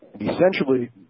Essentially